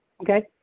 okay